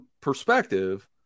perspective